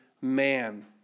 man